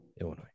illinois